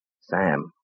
Sam